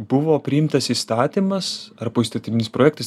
buvo priimtas įstatymas ar poįstatyminis projektas